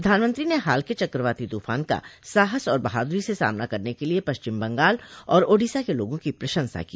प्रधानमंत्री ने हाल के चक्रवाती तूफान का साहस और बहादुरी से सामना करने के लिए पश्चिम बंगाल और ओडिसा के लोगों की प्रशंसा की